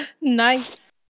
Nice